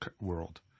world